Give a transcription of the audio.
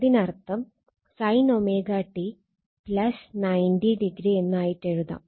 അതിനർത്ഥം sin ω t 90 o എന്നായിട്ടെഴുതാം